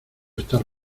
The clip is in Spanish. estar